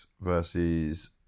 versus